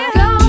go